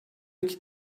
iki